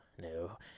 no